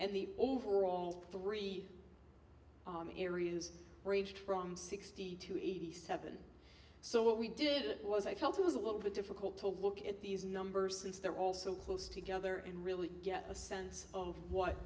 and the overall three areas range from sixty to eighty seven so what we did that was i felt it was a little bit difficult to look at these numbers since they're all so close together and really get a sense of what